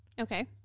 Okay